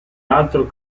altro